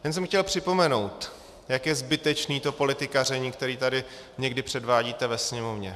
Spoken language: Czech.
Jen jsem chtěl připomenout, jak je zbytečné to politikaření, které tady někdy předvádíte ve Sněmovně.